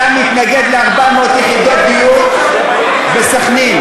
אתה מתנגד ל-400 יחידות דיור בסח'נין.